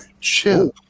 chill